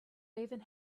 raven